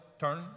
turn